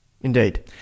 Indeed